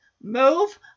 move